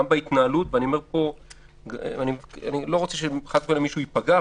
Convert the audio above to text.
גם בהתנהלות אני לא רוצה שמישהו ייפגע,